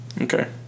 Okay